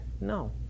No